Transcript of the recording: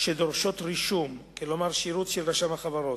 שדורשות רישום, כלומר, שירות של רשם החברות: